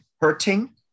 hurting